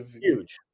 Huge